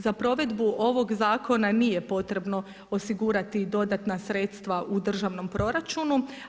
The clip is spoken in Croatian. Za provedbu ovog zakona nije potrebno osigurati i dodatna sredstva u državnom proračunu.